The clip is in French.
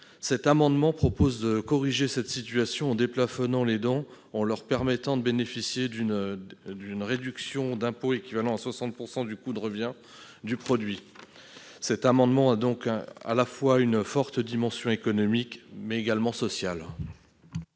Cet amendement vise à corriger cette situation en déplafonnant les dons, en leur permettant de bénéficier d'une réduction d'impôt équivalant à 60 % du coût de revient du produit. Il a donc une forte dimension économique, mais également sociale.